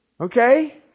Okay